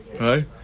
right